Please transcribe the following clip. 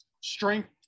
strength